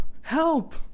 help